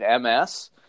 MS